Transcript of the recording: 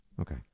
Okay